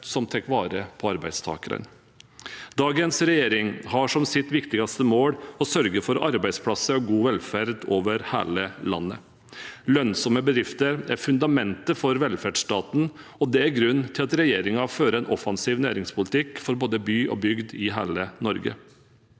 som tar vare på arbeidstakerne. Dagens regjering har som sitt viktigste mål å sørge for arbeidsplasser og god velferd over hele landet. Lønnsomme bedrifter er fundamentet for velferdsstaten, og det er grunnen til at regjeringen fører en offensiv næringspolitikk for både by og bygd i hele Norge.